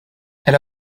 elle